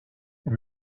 and